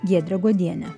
giedre godiene